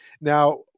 Now